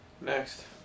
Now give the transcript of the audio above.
Next